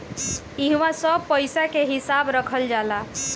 इहवा सब पईसा के हिसाब रखल जाला